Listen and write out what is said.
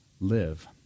live